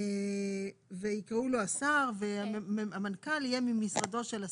ויקראו לו השר, והמנכ"ל יהיה ממשרדו של השר.